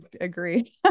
agree